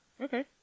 Okay